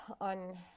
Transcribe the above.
on